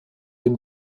dem